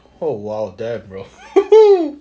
oh !wow! damn bro !woohoo!